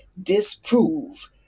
disprove